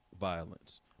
violence